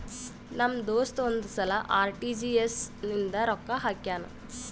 ನಮ್ ದೋಸ್ತ ಒಂದ್ ಸಲಾ ಆರ್.ಟಿ.ಜಿ.ಎಸ್ ಇಂದ ನಂಗ್ ರೊಕ್ಕಾ ಹಾಕ್ಯಾನ್